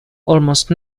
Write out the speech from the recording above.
almost